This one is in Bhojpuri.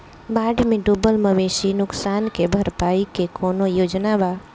बाढ़ में डुबल मवेशी नुकसान के भरपाई के कौनो योजना वा?